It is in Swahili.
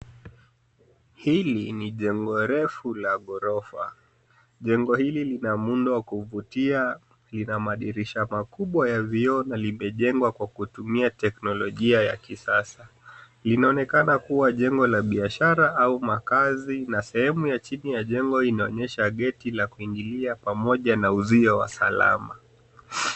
Hili ni jengo refu la ghorofa. Jengo hili lina muundo wa kuvutia, lina madirisha makubwa ya vioo na limejengwa kwa kutumia teknolojia ya kisasa. Linaonekana kuwa jengo la biashara au makaazi na sehemu ya chini ya jengo inaonyesha geti la kuingilia pamoja na uzio wa salama.